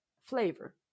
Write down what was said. flavor